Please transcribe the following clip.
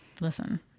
Listen